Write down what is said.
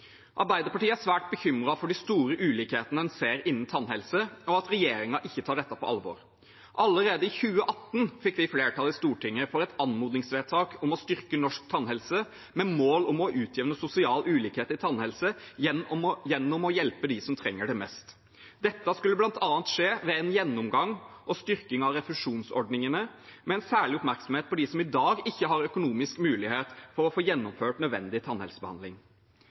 Arbeiderpartiet er svært bekymret for de store ulikhetene en ser innen tannhelse, og at regjeringen ikke tar dette på alvor. Allerede i 2018 fikk vi flertall i Stortinget for et anmodningsvedtak om å styrke norsk tannhelse med mål om å utjevne sosial ulikhet i tannhelse gjennom å hjelpe dem som trenger det mest. Dette skulle bl.a. skje ved en gjennomgang og styrking av refusjonsordningene, med en særlig oppmerksomhet på dem som i dag ikke har økonomisk mulighet til å få gjennomført nødvendig tannhelsebehandling.